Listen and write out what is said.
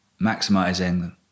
maximizing